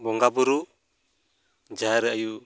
ᱵᱚᱸᱜᱟᱵᱩᱨᱩ ᱡᱟᱦᱮᱨᱼᱟᱭᱩ